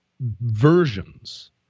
versions